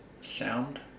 sound